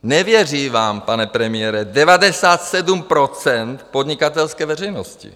Nevěří vám, pane premiére, 97 % podnikatelské veřejnosti.